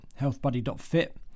healthbuddy.fit